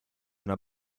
una